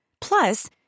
Plus